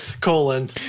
Colon